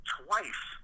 twice